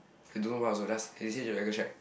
I don't know what also just and they say is a regular check